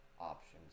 options